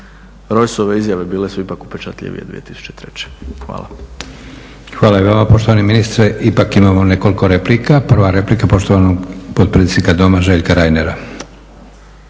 Rojsove izjave bile su ipak upečatljivije 2003. Hvala.